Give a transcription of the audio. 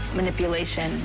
manipulation